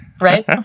right